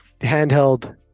handheld